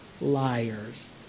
liars